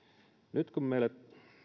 nyt kun meille